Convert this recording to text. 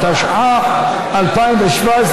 התשע"ח 2017,